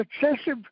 successive